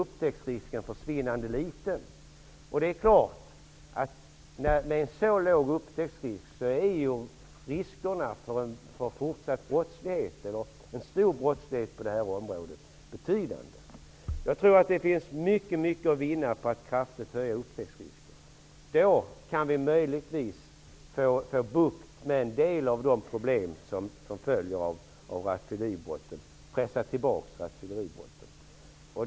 Upptäcktsrisken är alltså försvinnande liten, och med en så liten upptäcktsrisk är ju riskerna för en stor brottslighet på det här området betydande. Jag tror att det finns mycket att vinna på att kraftigt öka upptäcktsrisken. Då kan vi möjligtvis få bukt med en del av de problem som följer av rattfylleribrotten och pressa tillbaka rattfylleribrotten.